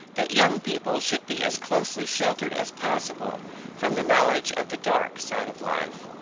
that young people should be as closely sheltered as possible from the knowledge of the dark side of life.